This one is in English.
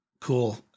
Cool